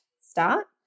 start